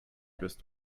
bist